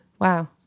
wow